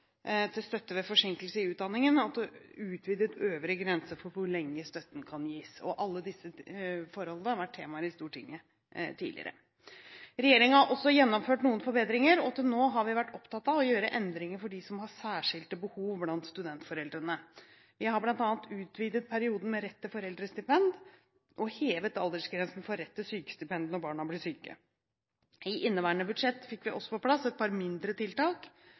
til støtte ved forsinkelse i utdanningen og til utvidet øvre grense for hvor lenge støtten kan gis. Alle disse forholdene har vært temaer i Stortinget tidligere. Regjeringen har også gjennomført noen forbedringer, og til nå har vi vært opptatt av å gjøre endringer for dem som har særskilte behov blant studentforeldrene. Vi har bl.a. utvidet perioden med rett til foreldrestipend og hevet aldersgrensen for rett til sykestipend når barna blir syke. I inneværende budsjett fikk vi også på plass et par mindre tiltak